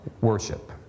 worship